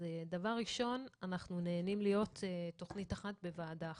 דבר ראשון אנחנו נהנים להיות תכנית אחת בוועדה אחת,